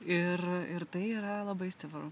ir tai yra labai stipru